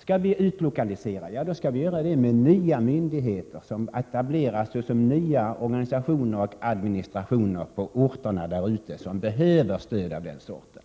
Skall vi utlokalisera, då skall vi göra det med nya myndigheter som etableras som nya organisationer och administrationer på de orter som behöver stöd av den sorten.